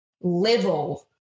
level